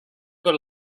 con